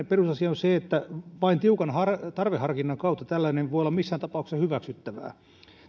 perusasia on se että vain tiukan tarveharkinnan kautta tällainen voi olla missään tapauksessa hyväksyttävää